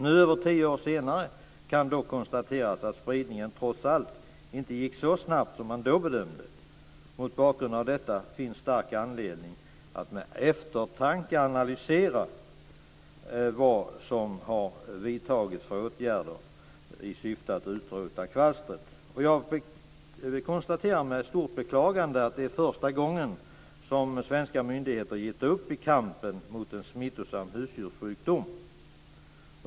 Nu, över tio år senare, kan dock konstateras att spridningen trots allt inte gick så snabbt som man då bedömde. Mot bakgrund av detta finns stark anledning att med eftertanke analysera vilka åtgärder som har vidtagits i syfte att utrota kvalstret. Jag konstaterar med stort beklagande att det är första gången som svenska myndigheter har gett upp i kampen mot en smittsam husdjurssjukdom.